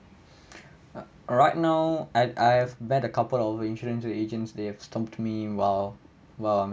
alright now I've I've met a couple of insurance agents they have stumped while while